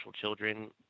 children